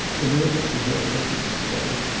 the murder is already discovered,